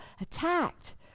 attacked